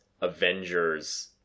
avengers